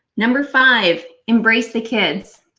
number five embrace the kids.